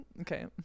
Okay